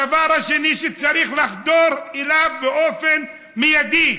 הדבר השני שצריך לחתור אליו באופן מיידי: